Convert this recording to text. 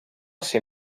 ser